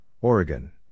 Oregon